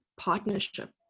partnership